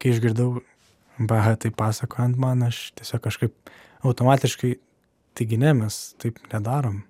kai išgirdau bahą tai pasakojant man aš tiesiog kažkaip automatiškai taigi ne mes taip nedarom